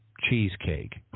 cheesecake